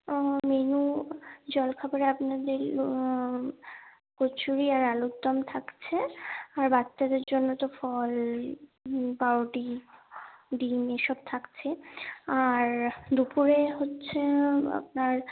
ও menu জলখাবারে আপনাদের কচুরি আর আলুর দম থাকছে আর বাচ্চাদের জন্য তো ফল পাউরুটি ডিম এসব থাকছে আর দুপুরে হচ্ছে আপনার